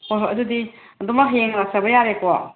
ꯍꯣꯏ ꯍꯣꯏ ꯑꯗꯨꯗꯤ ꯑꯗꯨꯝꯃꯛ ꯍꯌꯦꯡ ꯂꯥꯛꯆꯕ ꯌꯥꯔꯦꯀꯣ